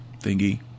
Thingy